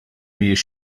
mhijiex